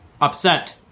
upset